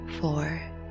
four